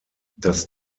das